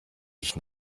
dich